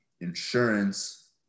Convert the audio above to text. insurance